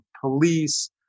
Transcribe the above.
police